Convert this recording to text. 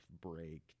break